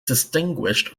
distinguished